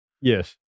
Yes